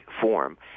form